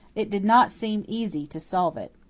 it did not seem easy to solve it.